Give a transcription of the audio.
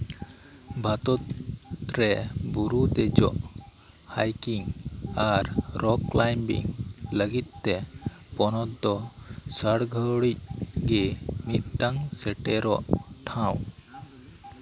ᱵᱷᱟᱨᱚᱛ ᱨᱮ ᱵᱩᱨᱩ ᱫᱮᱡᱚᱜ ᱦᱟᱭᱠᱤᱝ ᱟᱨ ᱨᱚᱠ ᱠᱞᱟᱭᱢᱵᱤᱝ ᱞᱟᱹᱜᱤᱫ ᱛᱮ ᱯᱚᱱᱚᱛ ᱫᱚ ᱥᱟᱨᱟᱜᱷᱟᱹᱲᱤᱡ ᱜᱮ ᱢᱤᱫᱴᱟᱝ ᱥᱮᱴᱮᱨᱚᱜ ᱴᱷᱟᱶ